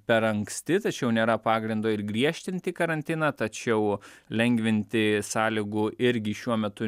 per anksti tačiau nėra pagrindo ir griežtinti karantiną tačiau lengvinti sąlygų irgi šiuo metu